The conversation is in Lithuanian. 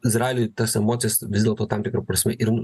izraeliui tas emocijas vis dėlto tam tikra prasme ir nu